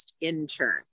intern